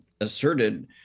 asserted